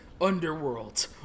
Underworld